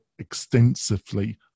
extensively